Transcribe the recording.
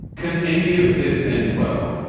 can any of this end well?